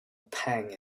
pang